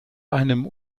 einem